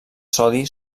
sodi